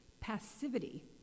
Passivity